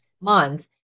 month